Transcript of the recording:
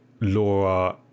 Laura